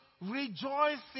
rejoicing